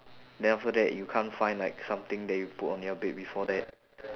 then after that you can't find like something that you put on your bed before that